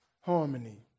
harmony